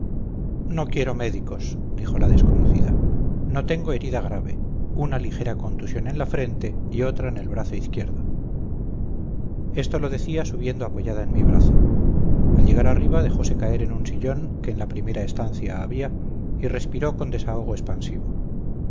no quiero médicos dijo la desconocida no tengo herida grave una ligera contusión en la frente y otra en el brazo izquierdo esto lo decía subiendo apoyada en mi brazo al llegar arriba dejose caer en un sillón que en la primera estancia había y respiró con desahogo expansivo